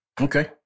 Okay